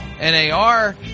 NAR